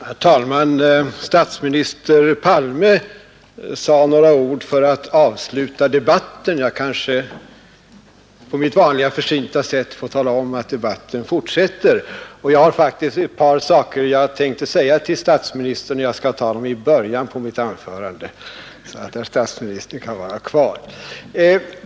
Herr talman! Statsminister Palme sade några ord för att avsluta debatten. Jag kanske, på mitt vanliga försynta sätt, får tala om att debatten fortsätter. Jag har faktiskt ett par saker som jag tänkte säga till statsministern, och jag skall ta dem i början av mitt anförande medan herr statsministern är kvar.